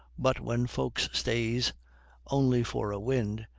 but when folks stays only for a wind,